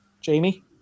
Jamie